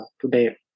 today